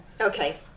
Okay